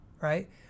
right